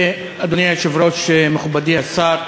אדוני היושב-ראש, מכובדי השר,